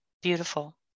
Beautiful